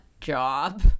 job